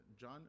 John